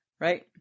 right